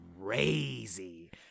crazy